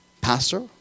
pastor